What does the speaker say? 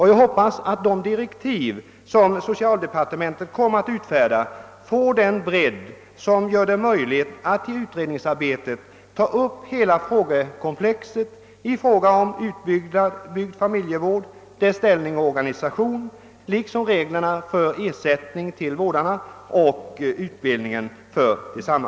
Jag hoppas att de direktiv som socialdepartementet kommer att utfärda får en sådan bredd att det blir möjligt att i utred ningsarbetet ta upp hela frågekomplexet rörande utbyggd familjevård, dess ställning och organisation liksom reglerna för ersättning till vårdarna och utbildningen av dessa.